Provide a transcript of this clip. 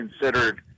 considered